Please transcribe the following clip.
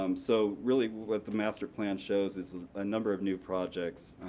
um so, really what the master plan shows is a number of new projects